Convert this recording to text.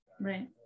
Right